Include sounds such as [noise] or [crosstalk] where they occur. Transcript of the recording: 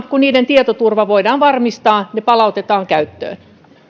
[unintelligible] kun niiden tietoturva voidaan varmistaa ne palautetaan käyttöön